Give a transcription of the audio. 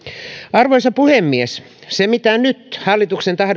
arvoisa puhemies se mitä nyt hallituksen